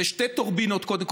אלה שתי טורבינות, קודם כול.